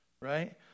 Right